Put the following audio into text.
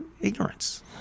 ignorance